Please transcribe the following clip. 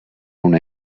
una